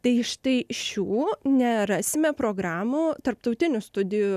tai štai šių nerasime programų tarptautinių studijų